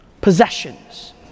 possessions